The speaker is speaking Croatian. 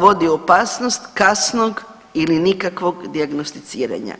vodi u opasnost kasnog ili nikakvog dijagnosticiranja.